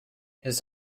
his